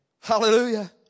Hallelujah